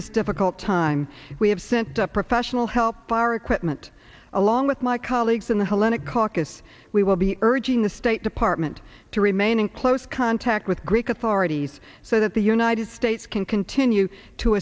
this difficult time we have sent a professional help for equipment along with my colleagues in the hellenic caucus we will be urging the state department to remain in close contact with greek authorities so that the united states can continue to